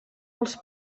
els